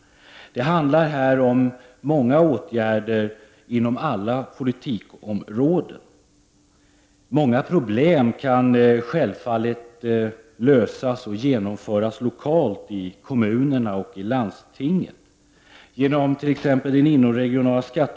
Det handlar här om många åtgärder på alla områden inom politiken. Många problem kan självfallet lösas lokalt i kommunerna och landstingen.